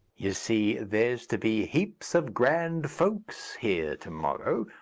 you see, there's to be heaps of grand folks here to-morrow.